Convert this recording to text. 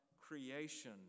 creation